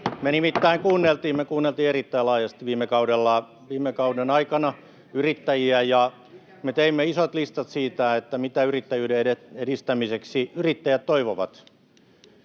Me nimittäin kuunneltiin erittäin laajasti viime kauden aikana yrittäjiä, [Välihuutoja keskustan ryhmästä] ja me teimme isot listat siitä, mitä yrittäjyyden edistämiseksi yrittäjät toivovat.